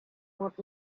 want